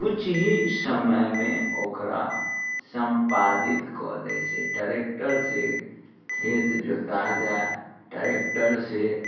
कुछ ही समयमे ओकरा सम्पादित कऽ दय छै टरेक्टर से खेत जोता जाइत टरेक्टर से